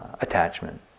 attachment